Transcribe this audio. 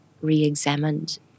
re-examined